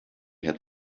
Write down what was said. had